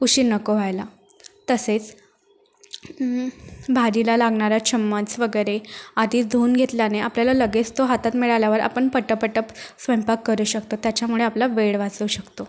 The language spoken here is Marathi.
उशीर नको व्हायला तसेच भाजीला लागणारा चमचा वगैरे आधीच धुवून घेतल्याने आपल्याला लगेच तो हातात मिळाल्यावर आपण पटपट स्वयंपाक करू शकतो त्याच्यामुळे आपला वेळ वाचू शकतो